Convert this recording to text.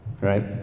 Right